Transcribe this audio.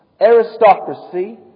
aristocracy